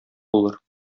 булыр